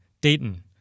Dayton